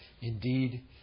indeed